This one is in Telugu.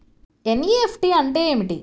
ఎన్.ఈ.ఎఫ్.టీ అంటే ఏమిటీ?